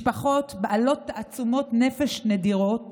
משפחות בעלות תעצומות נפש נדירות